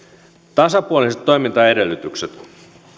tasapuoliset toimintaedellytykset